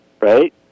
right